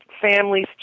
families